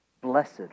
blessed